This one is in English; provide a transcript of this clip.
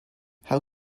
how